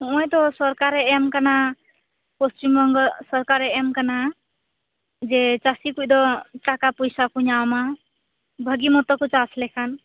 ᱱᱚᱜᱚᱭᱛᱚ ᱥᱚᱨᱠᱟᱨᱮ ᱮᱢ ᱟᱠᱟᱱᱟ ᱯᱚᱥᱪᱤᱢᱵᱚᱝᱜᱚ ᱥᱚᱨᱠᱟᱨᱮ ᱮᱢ ᱟᱠᱟᱱᱟ ᱡᱮ ᱪᱟᱹᱥᱤ ᱠᱚᱫᱚ ᱴᱟᱠᱟ ᱯᱚᱭᱥᱟᱹ ᱠᱚ ᱧᱟᱢᱟ ᱵᱷᱟ ᱜᱮᱢᱚᱛᱚ ᱠᱚ ᱪᱟᱥ ᱞᱮᱠᱷᱟᱱ